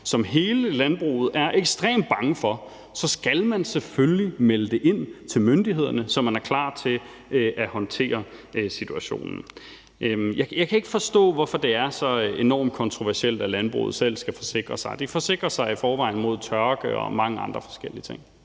som hele landbruget er ekstremt bange for, skal folk selvfølgelig melde det ind til myndighederne, så man er klar til at håndtere situationen. Jeg kan ikke forstå, hvorfor det er så enormt kontroversielt, at landbruget selv skal forsikre sig. De forsikrer sig i forvejen mod tørke og mange andre forskellige ting.